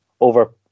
over